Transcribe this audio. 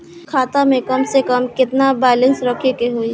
खाता में कम से कम केतना बैलेंस रखे के होईं?